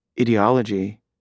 ideology